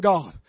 God